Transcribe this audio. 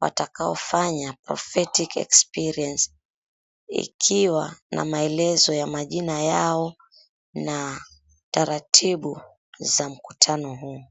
watakao fanya prophetic experience ikiwa na maelezo ya majina yao na taratibu za mkutano huu.